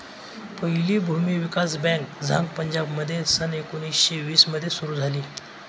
पहिली भूमी विकास बँक झांग पंजाबमध्ये सन एकोणीसशे वीस मध्ये सुरू झाली